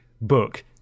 book